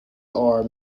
are